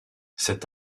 cet